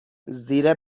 زیر